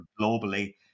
globally